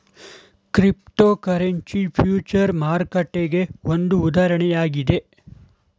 cryptocurrency future ಮಾರ್ಕೆಟ್ಗೆ ಒಂದು ಉದಾಹರಣೆಯಾಗಿದೆ